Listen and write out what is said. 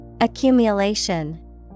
Accumulation